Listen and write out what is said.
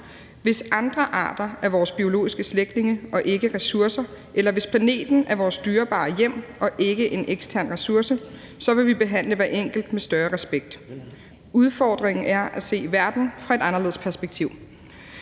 hvis andre arter er vores biologiske slægtninge og ikke ressourcer; eller hvis planeten er vores dyrebare hjem og ikke en ekstern ressource, så ville vi behandle hvert enkelt med større respekt. Udfordringen er at se verden fra et anderledes perspektiv.